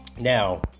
Now